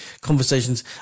conversations